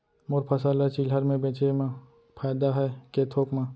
मोर फसल ल चिल्हर में बेचे म फायदा है के थोक म?